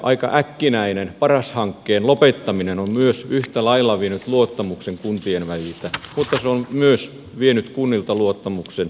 aika äkkinäinen paras hankkeen lopettaminen on myös yhtä lailla vienyt luottamuksen kuntien väliltä mutta se on myös vienyt kunnilta luottamuksen valtion suuntaan